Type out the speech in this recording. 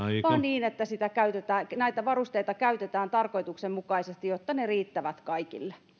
vaan niin että näitä varusteita käytetään tarkoituksenmukaisesti jotta ne riittävät kaikille